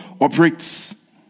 operates